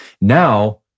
Now